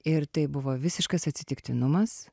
ir tai buvo visiškas atsitiktinumas